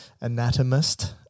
anatomist